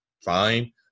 fine